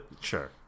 sure